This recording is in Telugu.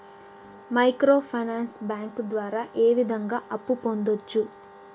మైక్రో ఫైనాన్స్ బ్యాంకు ద్వారా ఏ విధంగా అప్పు పొందొచ్చు